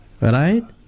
Right